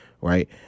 right